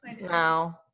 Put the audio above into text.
No